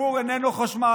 הסיפור איננו חשמל.